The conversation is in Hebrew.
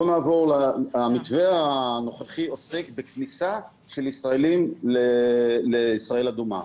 המתווה הנוכחי עוסק בכניסה של ישראלים לישראל אדומה.